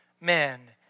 men